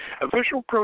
official